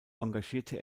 engagierte